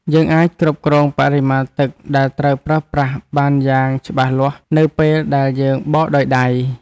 យើងអាចគ្រប់គ្រងបរិមាណទឹកដែលត្រូវប្រើប្រាស់បានយ៉ាងច្បាស់លាស់នៅពេលដែលយើងបោកដោយដៃ។